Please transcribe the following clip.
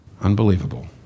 Unbelievable